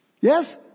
Yes